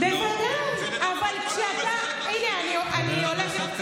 בוודאי, אבל כשאתה, מירב,